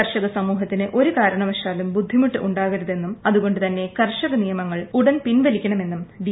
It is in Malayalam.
കർഷക സമൂഹത്തിന് ക്ടർ ക്ടാരണവശാലും ബുദ്ധിമുട്ട് ഉണ്ടാക്കരുതെന്നും അത്യ്ക്കാണ്ടു തന്നെ കർഷകനിയമങ്ങൾ ഉടൻ പിന്റവ്ലിക്കണമെന്നും ഡി